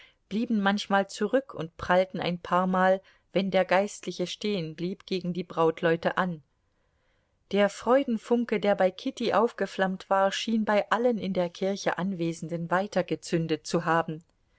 blieben manchmal zurück und prallten ein paarmal wenn der geistliche stehenblieb gegen die brautleute an der freudenfunke der bei kitty aufgeflammt war schien bei allen in der kirche anwesenden weitergezündet zu haben